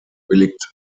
willigt